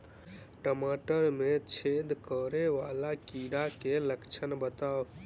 टमाटर मे छेद करै वला कीड़ा केँ लक्षण बताउ?